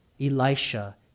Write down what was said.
Elisha